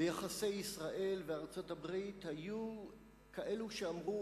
ביחסי ישראל וארצות-הברית היו כאלה שאמרו